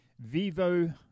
Vivo